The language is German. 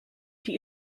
die